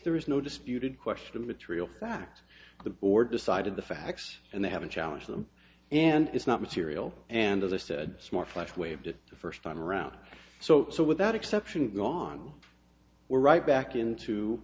there is no disputed question of material fact the board decided the facts and they haven't challenged them and it's not material and as i said smart flesh waived it the first time around so so without exception gone we're right back into